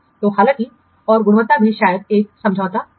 तो हालांकि और गुणवत्ता भी शायद क्या समझौता किया